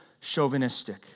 chauvinistic